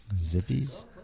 Zippies